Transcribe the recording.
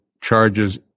charges